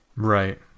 Right